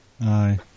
Aye